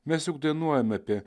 mes juk dainuojam apie